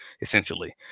essentially